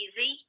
easy